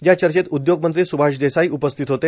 या चर्चेत उदयोग मंत्री सुभाष देसाई उपस्थित होते